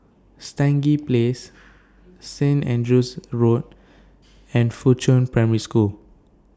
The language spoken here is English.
Stangee Place Saint Andrew's Road and Fuchun Primary School